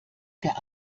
der